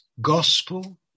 gospel